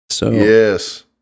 Yes